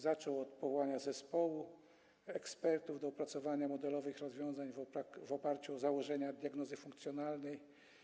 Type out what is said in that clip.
Zaczął od powołania zespołu ekspertów do opracowania modelowych rozwiązań na podstawie założeń diagnozy funkcjonalnej.